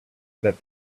that